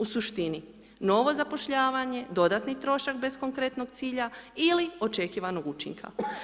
U suštini, novo zapošljavanje, dodatni trošak bez konkretnog cilja ili očekivanog učinka.